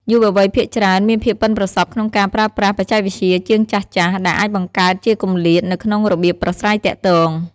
យុវវ័យភាគច្រើនមានភាពប៉ិនប្រសប់ក្នុងការប្រើប្រាស់បច្ចេកវិទ្យាជាងចាស់ៗ ដែលអាចបង្កើតជាគម្លាតនៅក្នុងរបៀបប្រាស្រ័យទាក់ទង។